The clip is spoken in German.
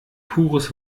pures